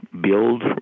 Build